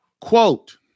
Quote